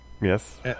Yes